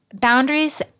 boundaries